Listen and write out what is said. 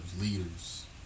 leaders